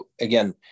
Again